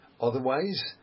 Otherwise